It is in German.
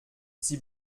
sie